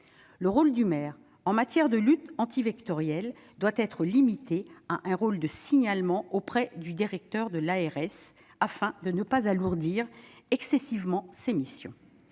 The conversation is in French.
Le rôle du maire en matière de lutte antivectorielle doit être limité à un rôle de signalement auprès du directeur de l'ARS, afin de ne pas alourdir excessivement ses missions.